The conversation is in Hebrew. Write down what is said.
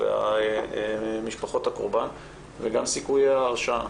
ומשפחות הקורבן וגם את סיכוי ההרשעה.